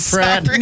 Fred